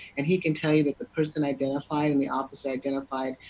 and he can tell you the person identified, and the officer identified,